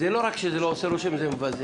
לא רק שזה לא עושה רושם אלא זה מבזה.